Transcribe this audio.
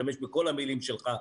תשתמש בכל המילים שלך,